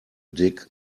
dig